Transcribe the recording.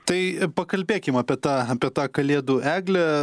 tai pakalbėkim apie tą apie tą kalėdų eglę